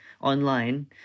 online